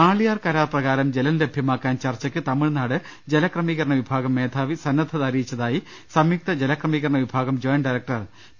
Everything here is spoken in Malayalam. ആളിയാർ കരാർപ്രകാരം ജലം ലഭ്യമാക്കാൻ ചർച്ചക്ക് തമിഴ്നാട് ജലക്രമീകരണ വിഭാഗം മേധാവി ്നന്നദ്ധത അറിയിച്ചതായി സംയുക്ത ജലക്രമീകരണ വിഭാഗം ജോയിന്റ് ഡയറക്ടർ പി